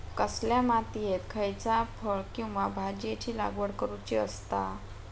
कसल्या मातीयेत खयच्या फळ किंवा भाजीयेंची लागवड करुची असता?